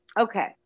Okay